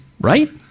right